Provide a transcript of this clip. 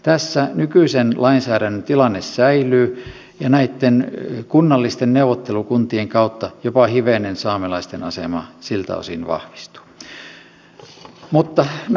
tässä nykyisen lainsäädännön tilanne säilyy ja näitten kunnallisten neuvottelukuntien kautta saamelaisten asema siltä osin jopa hivenen vahvistuu